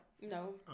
No